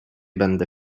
będę